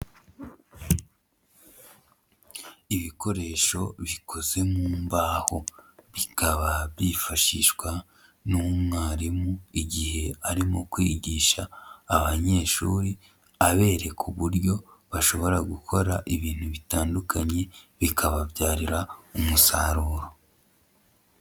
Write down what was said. Ibikoresho bikoze mu mbaho. Bikaba byifashishwa n'umwarimu igihe arimo kwigisha abanyeshuri abereka uburyo bashobora gukora ibintu bitandukanye, bikababyarira umusaruro.